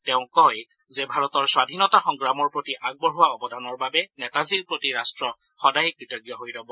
তেওঁ কয় যে ভাৰতৰ স্বাধীনতা সংগ্ৰামৰ প্ৰতি আগবঢ়োৱা অৱদানৰ বাবে নেতাজীৰ প্ৰতি ৰাষ্ট সদায় কৃতজ্ঞ হৈ ৰ'ব